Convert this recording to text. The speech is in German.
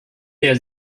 der